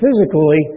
physically